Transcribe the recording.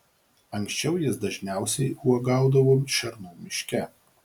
anksčiau jis dažniausiai uogaudavo šernų miške